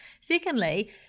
Secondly